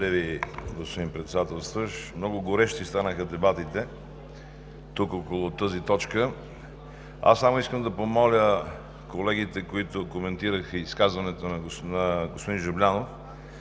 Благодаря Ви, господин Председател. Много горещи станаха дебатите около тази точка. Искам да помоля колегите, които коментираха изказването на господин Жаблянов,